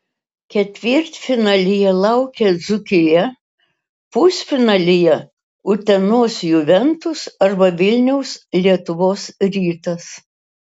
ketvirtfinalyje laukia dzūkija pusfinalyje utenos juventus arba vilniaus lietuvos rytas